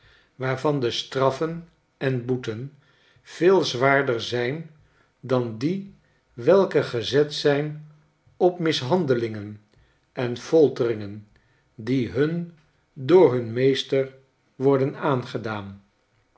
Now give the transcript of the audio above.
waarvan de straffen en boeten veel zwaarder zijn dan die welke gezet zijn op mishandelingen en folteringen die hun door hun meester worden aangedaan